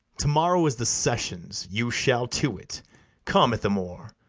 to-morrow is the sessions you shall to it come, ithamore,